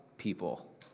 people